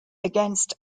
against